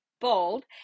Bold